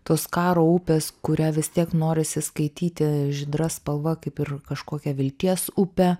tos karo upės kurią vis tiek norisi skaityti žydra spalva kaip ir kažkokią vilties upę